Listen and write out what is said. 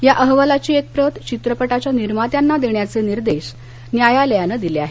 या अहवालाची एक प्रत चित्रपटाच्या निर्मात्यांना देण्याचे निर्देश न्यायालयानं दिले आहेत